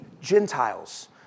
Gentiles